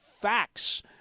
facts